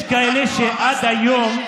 יש כאלה שעד היום,